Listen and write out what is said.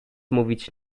mówić